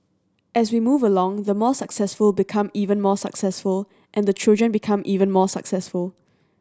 as we move along the more successful become even more successful and the children become even more successful